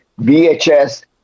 VHS